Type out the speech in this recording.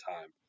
time